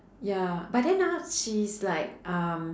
ya but then ah she's like um